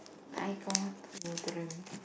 I got no dream